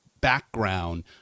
background